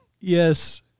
Yes